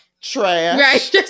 Trash